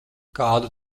kādu